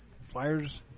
Flyers